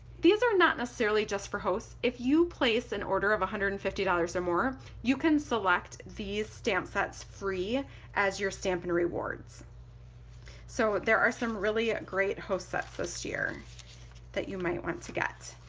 these are not necessarily just for hosts, if you place an order of one hundred and fifty dollars or more you can select these stamp sets free as your stampin' rewards so there are some really great host sets this year that you might want to get.